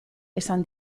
esan